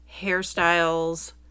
hairstyles